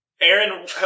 Aaron